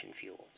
fuels